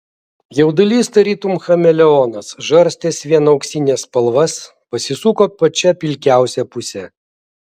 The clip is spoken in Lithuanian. jaudulys tarytum chameleonas žarstęs vien auksines spalvas pasisuko pačia pilkiausia puse